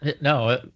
No